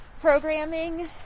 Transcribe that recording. programming